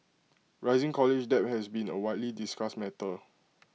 rising college debt has been A widely discussed matter